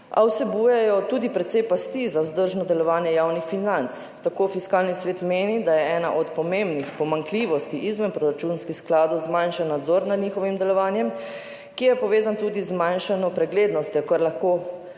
a vsebujejo tudi precej pasti za vzdržno delovanje javnih financ. Tako Fiskalni svet meni, da je ena od pomembnih pomanjkljivosti izven proračunskih skladov zmanjšan nadzor nad njihovim delovanjem, ki je povezan tudi z zmanjšano preglednostjo, kar lahko